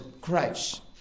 christ